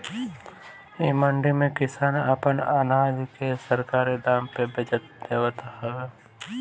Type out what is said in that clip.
इ मंडी में किसान आपन अनाज के सरकारी दाम पे बचत देवत हवे